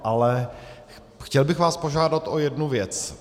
Ale chtěl bych vás požádat o jednu věc.